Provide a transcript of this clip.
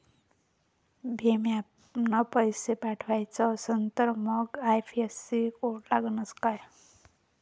भीम ॲपनं पैसे पाठवायचा असन तर मंग आय.एफ.एस.सी कोड लागनच काय?